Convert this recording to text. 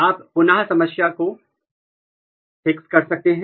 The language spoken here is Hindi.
आप पुनः समस्या को ठीक कर सकते हैं